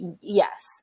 yes